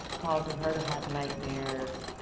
causing her to have nightmares.